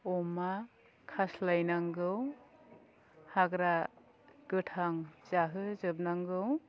अमा खास्लायनांगौ हाग्रा गोथां जाहो जोबनांगौ